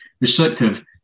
restrictive